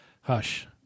Hush